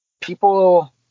people